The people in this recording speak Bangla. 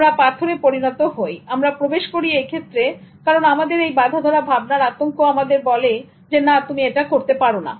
আমরা পাথরে পরিণত হব আমরা প্রবেশ করি এই ক্ষেত্রে কারণ আমাদের এই বাঁধাধরা ভাবনার আতঙ্ক আমাদের বলে যে না তুমি এটা করতে পারো না